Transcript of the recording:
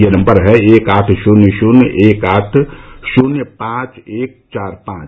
यह नम्बर है एक आठ शून्य शून्य एक आठ शून्य पांच एक चार पांच